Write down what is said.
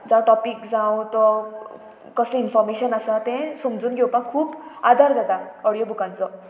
जावं टॉपीक जावं तो कसलें इन्फॉमेशन आसा तें समजून घेवपाक खूब आदार जाता ऑडियो बुकांचो